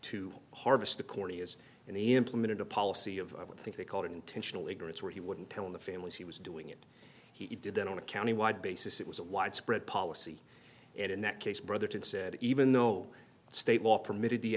to harvest the corneas and they implemented a policy of i would think they called intentional ignorance where he wouldn't tell the families he was doing it he did that on a county wide basis it was a widespread policy and in that case brotherton said even though state law permitted the